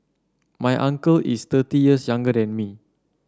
my uncle is thirty years younger than me